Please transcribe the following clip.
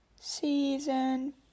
season